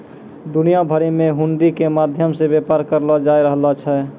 दुनिया भरि मे हुंडी के माध्यम से व्यापार करलो जाय रहलो छै